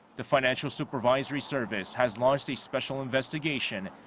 the financial supervisory service has launched a special investigation.